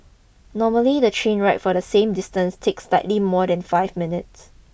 normally the train ride for the same distance takes slightly more than five minutes